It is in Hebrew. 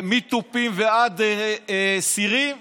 מתופים ועד סירים,